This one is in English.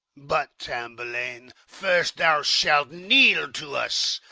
but, tamburlaine, first thou shalt kneel to us,